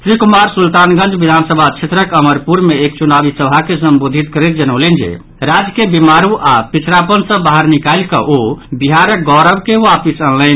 श्री कुमार सुल्तानगंज विधानसभा क्षेत्रक अमरपुर मे एक चुनावी सभा के संबोधित करैत जनौलनि जे राज्य के बीमारू आओर पिछड़ापन सँ बाहर निकाली कऽ ओ बिहारक गौरव के वापिस आनलनि